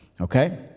okay